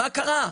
מה קרה?